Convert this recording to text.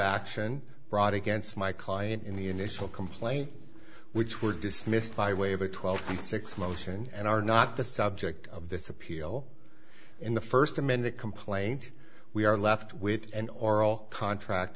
action brought against my client in the initial complaint which were dismissed by way of a twelve and six motion and are not the subject of this appeal in the first amended complaint we are left with an oral contract